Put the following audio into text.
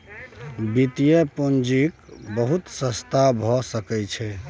वित्तीय पूंजीक बहुत रस्ता भए सकइ छै